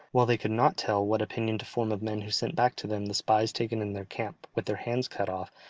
while they could not tell what opinion to form of men who sent back to them the spies taken in their camp, with their hands cut off,